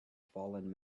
fallen